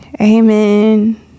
amen